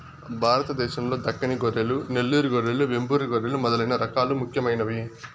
భారతదేశం లో దక్కని గొర్రెలు, నెల్లూరు గొర్రెలు, వెంబూరు గొర్రెలు మొదలైన రకాలు ముఖ్యమైనవి